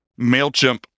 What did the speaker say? MailChimp